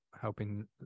helping